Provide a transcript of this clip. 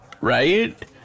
Right